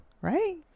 Right